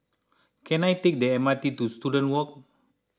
can I take the M R T to Student Walk